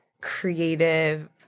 creative